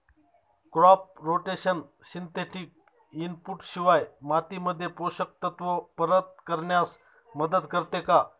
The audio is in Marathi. क्रॉप रोटेशन सिंथेटिक इनपुट शिवाय मातीमध्ये पोषक तत्त्व परत करण्यास मदत करते का?